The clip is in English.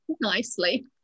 nicely